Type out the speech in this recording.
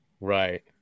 right